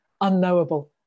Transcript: unknowable